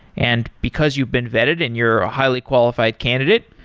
and because you've been vetted and you're a highly qualified candidate,